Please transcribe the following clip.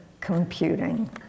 computing